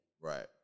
Right